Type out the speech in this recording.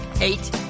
Eight